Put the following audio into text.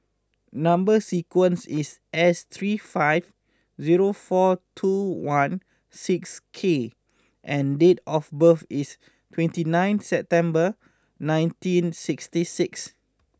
number sequence is S three five zero four two one six K and date of birth is twenty ninth September nineteen sixty six